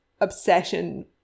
obsession